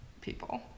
People